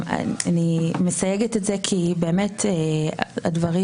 אני מסייגת את זה כי באמת הדברים,